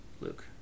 Luke